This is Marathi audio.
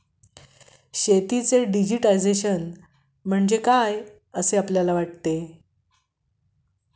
शेतीचे डिजिटायझेशन म्हणजे काय असे आपल्याला वाटते?